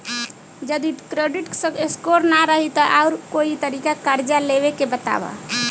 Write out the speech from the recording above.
जदि credit score ना रही त आऊर कोई तरीका कर्जा लेवे के बताव?